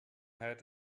had